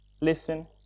listen